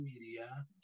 media